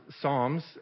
Psalms